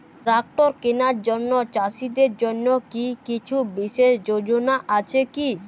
Tractor কেনার জন্য চাষীদের জন্য কী কিছু বিশেষ যোজনা আছে কি?